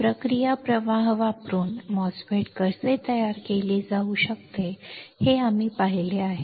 प्रक्रिया प्रवाह वापरून MOSFET कसे तयार केले जाऊ शकते हे आम्ही पाहिले आहे